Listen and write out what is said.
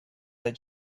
that